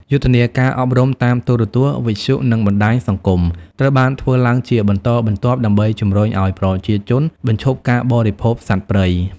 យុទ្ធនាការអប់រំតាមទូរទស្សន៍ វិទ្យុ និងបណ្ដាញសង្គមត្រូវបានធ្វើឡើងជាបន្តបន្ទាប់ដើម្បីជំរុញឱ្យប្រជាជនបញ្ឈប់ការបរិភោគសត្វព្រៃ។